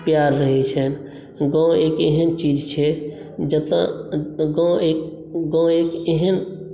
प्यार रहैत छनि गाँव एक एहन चीज छै जतय गाँव एक एहन